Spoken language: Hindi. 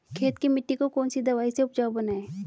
खेत की मिटी को कौन सी दवाई से उपजाऊ बनायें?